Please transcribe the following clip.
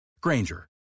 Granger